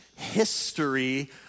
history